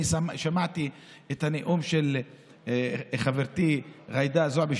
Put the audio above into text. אני שמעתי את הנאום של חברתי ג'ידא זועבי,